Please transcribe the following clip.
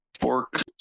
fork